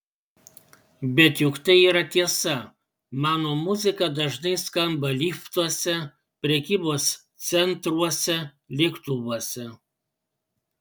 bet juk tai yra tiesa mano muzika dažnai skamba liftuose prekybos centruose lėktuvuose